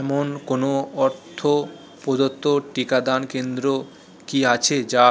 এমন কোনও অর্থ প্রদত্ত টিকাদান কেন্দ্র কি আছে যা